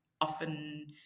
often